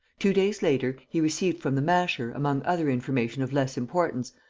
two days later he received from the masher, among other information of less importance,